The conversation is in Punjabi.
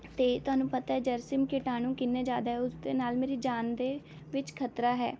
ਅਤੇ ਤੁਹਾਨੂੰ ਪਤਾ ਜਰਸੀਮ ਕੀਟਾਣੂ ਕਿੰਨੇ ਜ਼ਿਆਦਾ ਉਸਦੇ ਨਾਲ ਮੇਰੀ ਜਾਨ ਦੇ ਵਿੱਚ ਖ਼ਤਰਾ ਹੈ